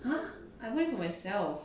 !huh! I buy for myself